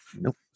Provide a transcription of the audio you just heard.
nope